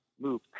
move